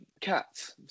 cats